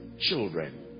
children